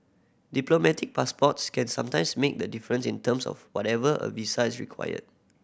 diplomatic passports can sometimes make the difference in terms of whether a visa is required